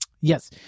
yes